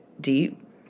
deep